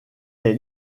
est